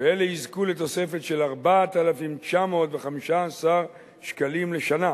ואלה יזכו לתוספת של 4,915 שקלים לשנה.